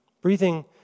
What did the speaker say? Breathing